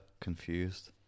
Confused